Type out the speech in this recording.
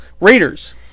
Raiders